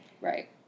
Right